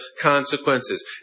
consequences